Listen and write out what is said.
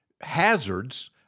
hazards